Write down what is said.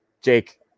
Jake